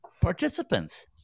participants